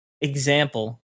example